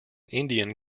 indian